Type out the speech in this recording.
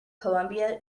colombia